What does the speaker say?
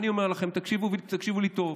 אני אומר לכם, תקשיבו ותקשיבו לי טוב: